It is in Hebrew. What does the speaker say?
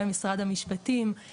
גם במשרד המשפטים,